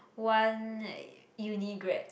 one uni grad